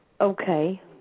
Okay